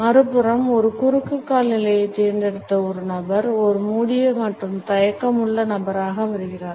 மறுபுறம் ஒரு குறுக்கு கால் நிலையைத் தேர்ந்தெடுத்த ஒரு நபர் ஒரு மூடிய மற்றும் தயக்கமுள்ள நபராக வருகிறார்